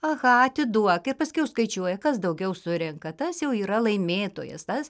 aha atiduok ir paskiau skaičiuoja kas daugiau surenka tas jau yra laimėtojas tas